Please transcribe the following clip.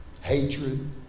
hatred